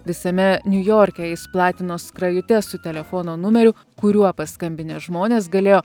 visame niujorke jis platino skrajutes su telefono numeriu kuriuo paskambinę žmonės galėjo